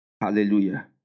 Hallelujah